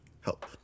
help